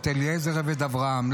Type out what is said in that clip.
את אליעזר עבד אברהם.